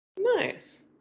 Nice